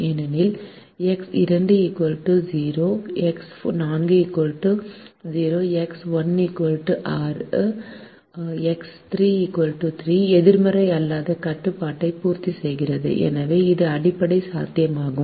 ஏனெனில் x 2 0 x 4 0 x 1 6 x 3 3 எதிர்மறை அல்லாத கட்டுப்பாட்டை பூர்த்தி செய்கிறது எனவே இது அடிப்படை சாத்தியமாகும்